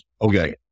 Okay